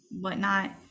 whatnot